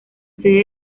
sede